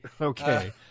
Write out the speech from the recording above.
Okay